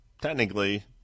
technically